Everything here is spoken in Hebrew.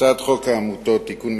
הצעת חוק העמותות (תיקון מס'